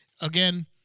Again